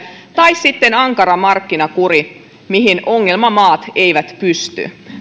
tai sitten ankara markkinakuri mihin ongelmamaat eivät pysty